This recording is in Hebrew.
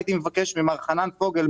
כאן הייתי מבקש ממר חנן פוגל,